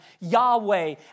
Yahweh